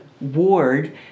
ward